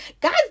guys